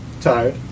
Tired